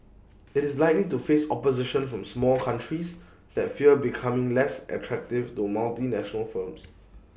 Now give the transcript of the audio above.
IT is likely to face opposition from small countries that fear becoming less attractive to multinational firms